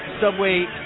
Subway